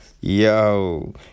Yo